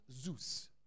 Zeus